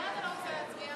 למה אתה לא רוצה להצביע?